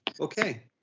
Okay